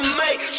make